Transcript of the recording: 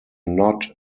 not